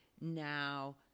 now